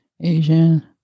Asian